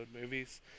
movies